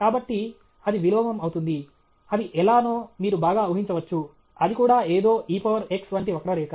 కాబట్టి అది విలోమం అవుతుంది అది ఎలా నో మీరు బాగా ఊహించవచ్చు అది కూడా ఏదో e పవర్ x వంటి వక్రరేఖ